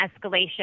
escalation